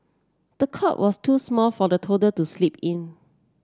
the cot was too small for the toddler to sleep in